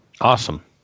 Awesome